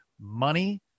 money